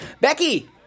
Becky